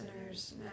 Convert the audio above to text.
sinners